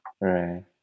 Right